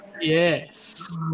Yes